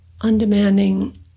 Undemanding